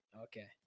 okay